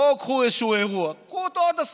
בואו קחו איזשהו אירוע, קחו אותו עד הסוף.